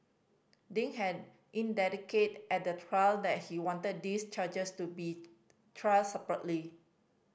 Ding had indicated at the trial that he wanted these charges to be tried separately